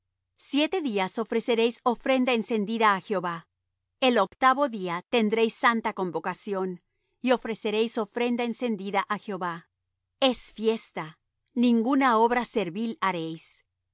siete días ofreceréis ofrenda encendida á jehová el octavo día tendréis santa convocación y ofreceréis ofrenda encendida á jehová es fiesta ninguna obra servil haréis